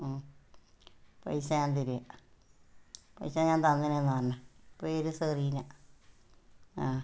ഉം പൈസ ഞാൻ തരാം പൈസ ഞാൻ തന്നെന്ന് പറഞ്ഞേ പേര് സെറീന ആ